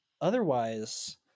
otherwise